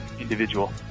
individual